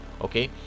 okay